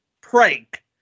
Prank